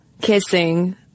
kissing